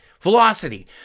velocity